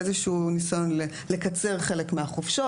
יש איזשהו ניסיון לקצר חלק מהחופשות.